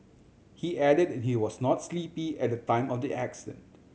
he added he was not sleepy at the time of the accident